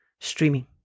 Streaming